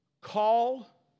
call